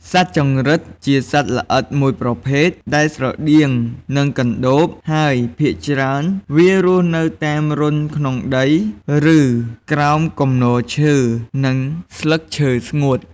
សត្វចង្រិតជាសត្វល្អិតមួយប្រភេទ ដែលស្រដៀងនឹងកណ្ដូប ហើយភាគច្រើន វារស់នៅតាមរន្ធក្នុងដី ឬក្រោមគំនរឈើ និង ស្លឹកឈើស្ងួត។ ។